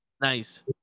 Nice